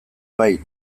bai